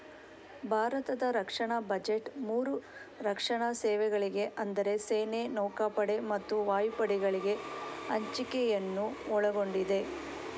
ಭಾರತದ ರಕ್ಷಣಾ ಬಜೆಟ್ ಮೂರು ರಕ್ಷಣಾ ಸೇವೆಗಳಿಗೆ ಅಂದರೆ ಸೇನೆ, ನೌಕಾಪಡೆ ಮತ್ತು ವಾಯುಪಡೆಗಳಿಗೆ ಹಂಚಿಕೆಯನ್ನು ಒಳಗೊಂಡಿದೆ